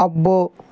అబ్బో